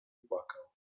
płakał